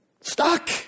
Stuck